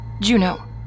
Juno